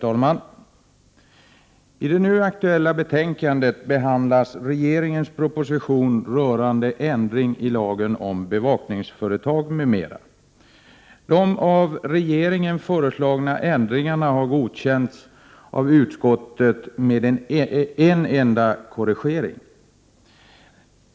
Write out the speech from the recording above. Herr talman! I det nu aktuella betänkandet behandlas regeringens proposition rörande ändring i lagen om bevakningsföretag m.m. De av regeringen föreslagna ändringarna har godkänts av utskottet med en enda korrigering.